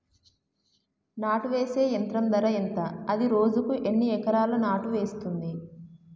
నాటు వేసే యంత్రం ధర ఎంత? అది రోజుకు ఎన్ని ఎకరాలు నాటు వేస్తుంది?